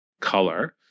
color